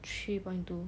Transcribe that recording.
three point two